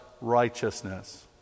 righteousness